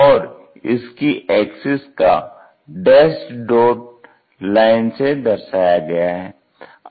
और इसकी एक्सिस को डैस्ड डॉट लाइन से दर्शाया गया है